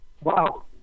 wow